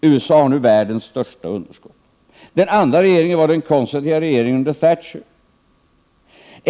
USA har nu världens största underskott. Den andra regeringen var den konservativa regeringen under Thatcher.